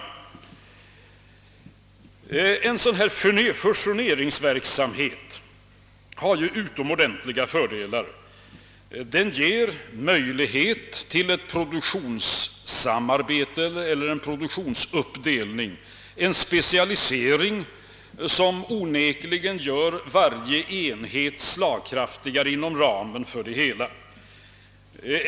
En sådan fusioneringsverksamhet har ju utomordentliga fördelar. Den sger möjlighet till ett produktionssamarbete eller en produktionsuppdelning, en specialisering som onekligen gör varje enhet slagkraftigare inom ramen för det hela.